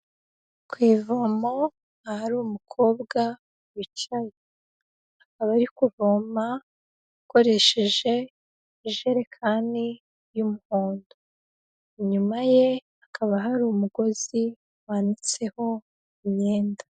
Ku ivomo ahari umukobwa wicaye, akaba ari kuvoma akoresheje ijerekani y'umuhondo, inyuma ye hakaba hari umugozi wanitseho imyenda.